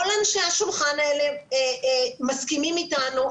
כל אנשי השולחן האלה מסכימים איתנו,